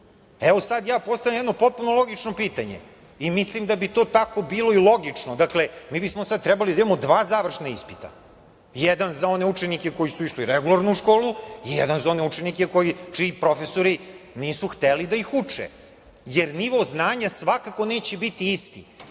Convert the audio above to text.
meseca. Sad ja postavljam jedno potpuno logično pitanje i mislim da bi to tako bilo i logično - mi bismo sad trebali da imamo dva završna ispita, jedan za one učenike koji su išli regularno u školu i jedan za one učenike čiji profesori nisu hteli da ih uče? Jer, nivo znanja svakako neće biti isti,